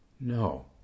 No